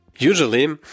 Usually